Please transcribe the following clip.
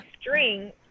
string